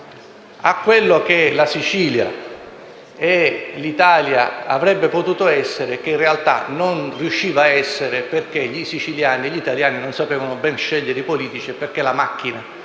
a quello che la Sicilia e l'Italia avrebbero potuto essere e che in realtà non riuscivano a essere perché i siciliani e gli italiani non sapevano ben scegliere i politici e perché la macchina